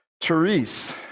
Therese